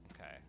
Okay